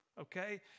okay